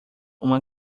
uma